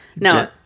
no